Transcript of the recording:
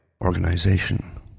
organization